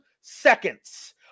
seconds